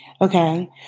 Okay